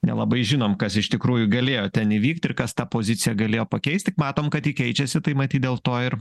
nelabai žinom kas iš tikrųjų galėjo ten įvykt ir kas tą poziciją galėjo pakeist tik matom kad ji keičiasi tai matyt dėl to ir